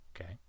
Okay